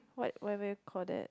what whatever you call that